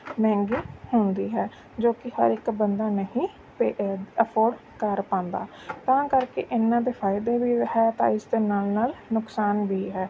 ਮਹਿੰਗੀ ਹੁੰਦੀ ਹੈ ਜੋ ਕਿ ਹਰ ਇੱਕ ਬੰਦਾ ਨਹੀਂ ਪੇਅ ਅਫੋਰਡ ਕਰ ਪਾਉਂਦਾ ਤਾਂ ਕਰਕੇ ਇਹਨਾਂ ਦੇ ਫ਼ਾਇਦੇ ਵੀ ਹੈ ਤਾਂ ਇਸ ਦੇ ਨਾਲ ਨਾਲ ਨੁਕਸਾਨ ਵੀ ਹੈ